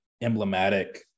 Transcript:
emblematic